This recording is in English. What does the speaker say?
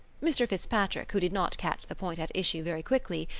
mr. fitzpatrick, who did not catch the point at issue very quickly,